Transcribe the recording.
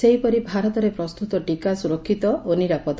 ସେହିପରି ଭାରତରେ ପ୍ରସ୍ତତ ଟିକା ସୁରକ୍ଷିତ ଓ ନିରାପଦ